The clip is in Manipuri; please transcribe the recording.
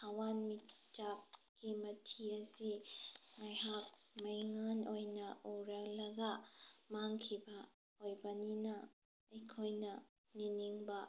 ꯊꯥꯋꯥꯟ ꯃꯤꯆꯥꯛꯀꯤ ꯃꯊꯤ ꯑꯁꯤ ꯉꯥꯏꯍꯥꯛ ꯃꯩꯉꯥꯟ ꯑꯣꯏꯅ ꯎꯔꯛꯂꯒ ꯃꯥꯡꯈꯤꯕ ꯑꯣꯏꯕꯅꯤꯅ ꯑꯩꯈꯣꯏꯅ ꯅꯤꯅꯤꯡꯕ